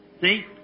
See